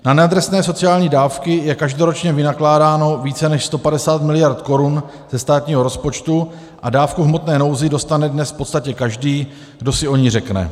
Na neadresné sociální dávky je každoročně vynakládáno více než 150 miliard korun ze státního rozpočtu a dávku v hmotné nouzi dostane dnes v podstatě každý, kdo si o ni řekne.